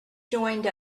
joined